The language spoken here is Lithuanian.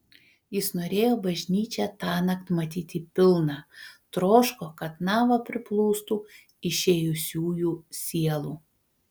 jis norėjo bažnyčią tąnakt matyti pilną troško kad nava priplūstų išėjusiųjų sielų